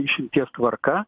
išimties tvarka